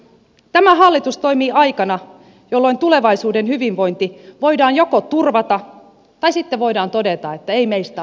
tämä hallitus toimii aikana jolloin tulevaisuuden hyvinvointi joko voidaan turvata tai siten voidaan todeta että ei meistä ole siihen